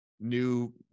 new